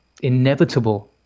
inevitable